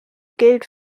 gilt